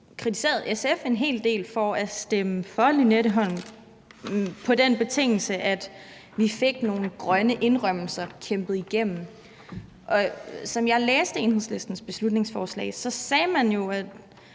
kritiseret SF en hel del for at stemme for Lynetteholm på den betingelse, at vi fik nogle grønne indrømmelser kæmpet igennem. Som jeg læste Enhedslistens beslutningsforslag, sagde man jo,